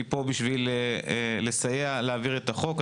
שפה בשביל לסייע להעביר את החוק,